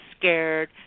scared